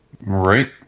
Right